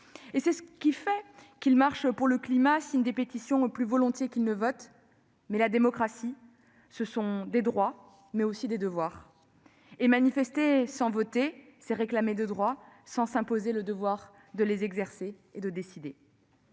Voilà pourquoi ils marchent pour le climat, signent des pétitions plus volontiers qu'ils ne votent. Toutefois, la démocratie, ce sont des droits mais aussi des devoirs. Et manifester sans voter revient à réclamer des droits sans s'imposer le devoir de les exercer et de décider.